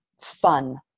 fun